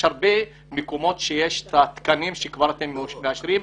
יש הרבה מקומות שיש תקנים שאתם כבר מאשרים,